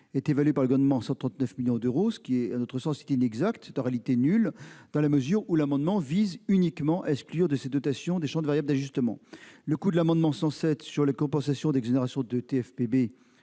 est évalué par le Gouvernement à 139 millions d'euros ; c'est inexact. Il est en réalité nul, dans la mesure où cet amendement vise uniquement à exclure cette dotation du champ des variables d'ajustement. Le coût de l'amendement n° I-107 sur la compensation des exonérations de taxe